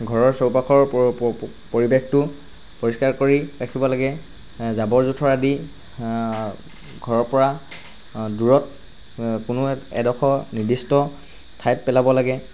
ঘৰৰ চৌপাশৰ পৰিৱেশটো পৰিষ্কাৰ কৰি ৰাখিব লাগে জাবৰ জোথৰ আদি ঘৰৰপৰা দূৰত কোনো এডোখৰ নিৰ্দিষ্ট ঠাইত পেলাব লাগে